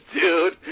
dude